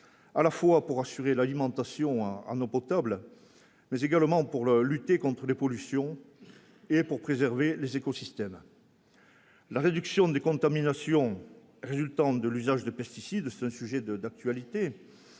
à la fois pour assurer l'alimentation en eau potable, mais également pour le lutter contre les pollutions et pour préserver les écosystèmes. La réduction des contaminations résultant de l'usage de pesticides ce sujet de d'actualité